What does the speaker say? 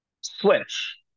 switch